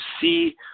see